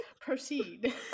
proceed